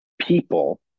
people